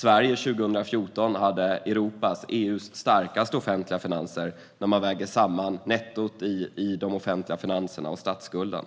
Sverige hade 2014 EU:s starkaste offentliga finanser när man väger samman nettot i de offentliga finanserna och statsskulden. De